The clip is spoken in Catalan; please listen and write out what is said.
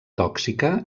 tòxica